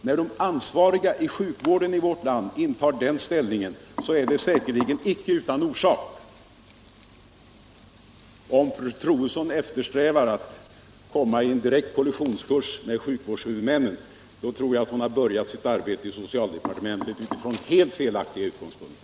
När de ansvariga i sjukvården intar den ställningen är det säkerligen inte utan orsak. Om fru Troedsson inte eftersträvar att komma i direkt kollisionskurs med sjukvårdshuvudmännen så bör hon nog tänka om i dessa viktiga frågor.